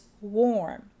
warm